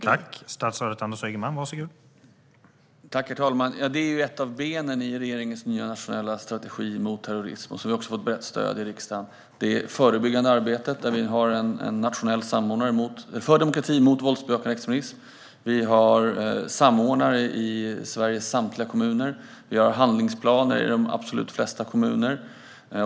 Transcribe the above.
Herr talman! Det förebyggande arbetet är ett av benen i regeringens nya nationella strategi mot terrorism, som vi också har fått brett stöd för i riksdagen. Vi har en nationell samordnare för demokrati och mot våldsbejakande extremism. Vi har samordnare i Sveriges samtliga kommuner och handlingsplaner i de flesta kommuner.